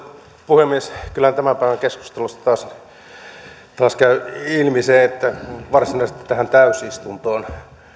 puhemies kyllä tämän päivän keskustelusta taas käy ilmi se että varsinaisesti tähän täysistuntoon ei